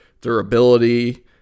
durability